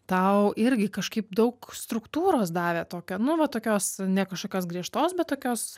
tau irgi kažkaip daug struktūros davė tokio nu va tokios ne kažkokios griežtos bet tokios